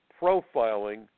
profiling